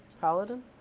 Paladin